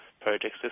projects